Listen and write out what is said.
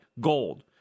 gold